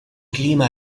clima